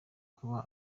kuba